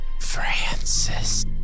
Francis